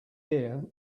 ear